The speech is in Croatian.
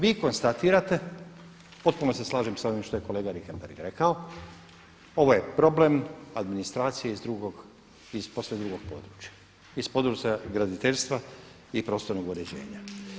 Vi konstatirate, potpuno se slažem sa ovim što je kolega Richembergh rekao ovo je problem administracije iz drugog, iz posve drugog područja iz područja graditeljstva i prostornog uređenja.